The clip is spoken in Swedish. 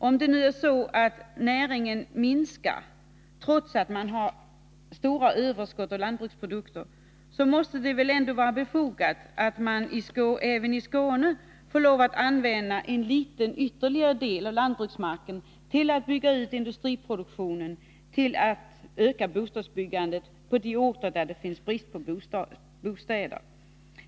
Om det är så att näringen minskar, trots att man har stora överskott av lantbruksprodukter, måste det väl ändå vara befogat att man även i Skåne får lov att använda en liten ytterligare del av lantbruksmarken för utbyggnad av industrier och för att också öka bostadsbyggandet på de orter där det råder brist på bostäder.